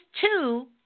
two